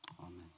amen